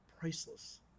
priceless